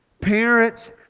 Parents